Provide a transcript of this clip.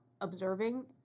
observing